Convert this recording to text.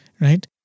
right